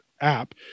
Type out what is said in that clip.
app